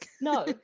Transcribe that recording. No